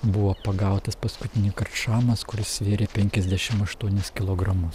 buvo pagautas paskutinįkart šamas kuris svėrė penkiasdešim aštuonis kilogramus